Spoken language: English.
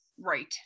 Right